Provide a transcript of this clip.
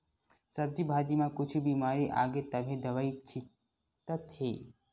सब्जी भाजी म कुछु बिमारी आगे तभे दवई छितत हे